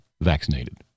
vaccinated